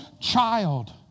child